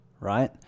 right